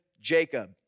Jacob